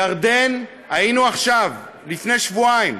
ירדן, היינו עכשיו, לפני שבועיים,